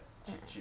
mm